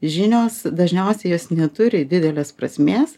žinios dažniausiai jos neturi didelės prasmės